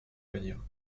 venir